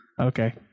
Okay